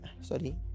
sorry